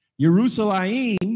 Jerusalem